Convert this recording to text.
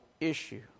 issue